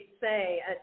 say